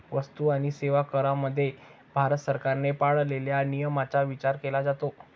वस्तू आणि सेवा करामध्ये भारत सरकारने पाळलेल्या नियमांचा विचार केला जातो